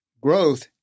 growth